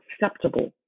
acceptable